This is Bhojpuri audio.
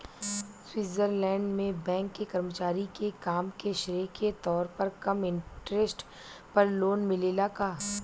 स्वीट्जरलैंड में बैंक के कर्मचारी के काम के श्रेय के तौर पर कम इंटरेस्ट पर लोन मिलेला का?